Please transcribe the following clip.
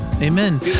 Amen